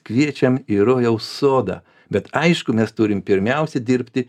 kviečiam į rojaus sodą bet aišku mes turim pirmiausia dirbti